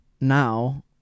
now